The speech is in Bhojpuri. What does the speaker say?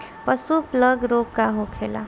पशु प्लग रोग का होखेला?